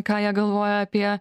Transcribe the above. ką jie galvoja apie